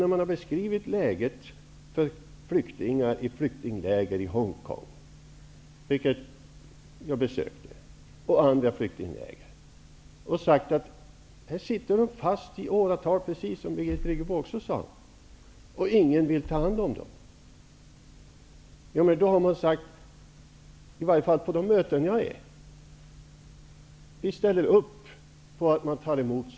När jag har beskrivit läget för flyktingar i flyktingläger i Hongkong och i andra flyktingläger som jag besökt, när jag har sagt att här sitter de fast i åratal -- precis som Birgit Friggebo sade -- och ingen vill ta hand om dem, har man på de möten som jag har varit sagt att man förstår att sådana flyktingar tas emot.